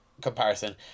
comparison